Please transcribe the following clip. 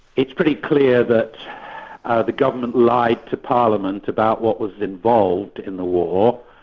it's pretty clear that the government lied to parliament about what was involved in the war,